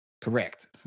correct